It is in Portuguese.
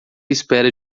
espera